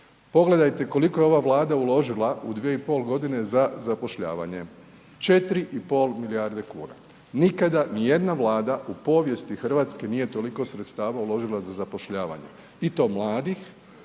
pogledajte koliko je ova Vlada uložila u 2,5 godine za zapošljavanje, 4,5 milijarde kuna. Nikada ni jedna Vlada u povijesti Hrvatske nije toliko sredstava uložila za zapošljavanje i to mladih,